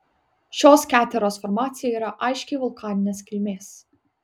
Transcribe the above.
šios keteros formacija yra aiškiai vulkaninės kilmės